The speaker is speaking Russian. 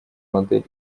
модель